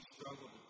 struggle